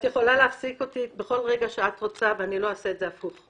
את יכולה להפסיק אותי בכל רגע שאת רוצה ואני לא אעשה את זה הפוך.